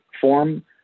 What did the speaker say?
form